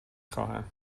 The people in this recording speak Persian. خواهم